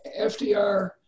FDR